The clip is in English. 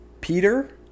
Peter